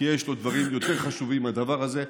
כי יש לו דברים יותר חשובים מהדבר הזה.